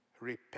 repent